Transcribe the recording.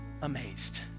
amazed